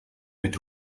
mit